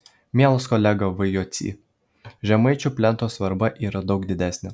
mielas kolega v jocy žemaičių plento svarba yra daug didesnė